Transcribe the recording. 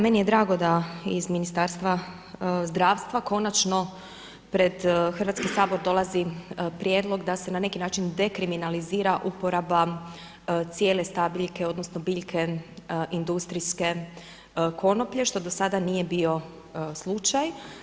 Meni je drago da iz Ministarstva zdravstva, konačno pred Hrvatski sabor dolazi prijedlog da se na neki način dekriminalizira uporaba cijele stabljike odnosno, biljke industrijske konoplje, što do sada nije bio slučaj.